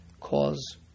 cause